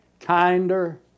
kinder